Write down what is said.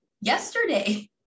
yesterday